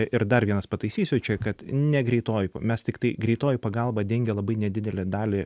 ir dar vienas pataisysiu kad ne greitoji mes tiktai greitoji pagalba dengia labai nedidelę dalį